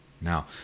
Now